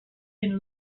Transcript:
been